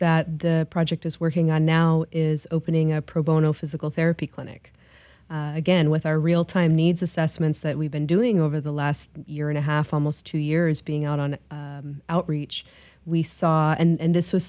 that the project is working on now is opening a pro bono physical therapy clinic again with our real time needs assessments that we've been doing over the last year and a half almost two years being out on outreach we saw and this was